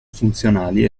funzionali